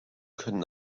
können